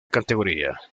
categoría